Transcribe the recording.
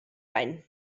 bein